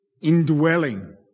Indwelling